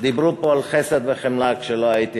דיברו פה על חסד וחמלה כשלא הייתי.